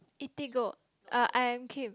Eatigo uh I am Kim